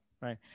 right